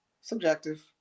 Subjective